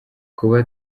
kuba